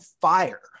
fire